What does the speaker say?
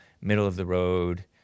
middle-of-the-road